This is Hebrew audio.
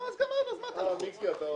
אז גמרנו, מה אתה לחוץ?